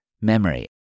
memory